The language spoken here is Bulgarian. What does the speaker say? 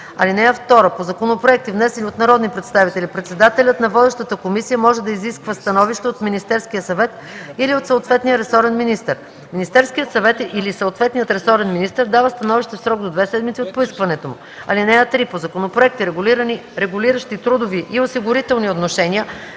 (2) По законопроекти, внесени от народни представители, председателят на водещата комисия може да изисква становище от Министерския съвет или от съответния ресорен министър. Министерският съвет или съответният ресорен министър дава становище в срок до две седмици от поискването му. (3) По законопроекти, регулиращи трудови и осигурителни отношения,